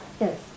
Yes